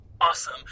Awesome